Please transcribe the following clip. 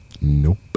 Nope